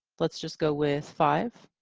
let's just go with five.